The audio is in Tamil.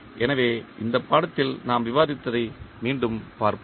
எனவே இந்த பாடத்தில் நாம் விவாதித்ததை மீண்டும் பார்ப்போம்